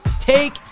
take